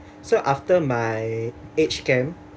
so after my age camp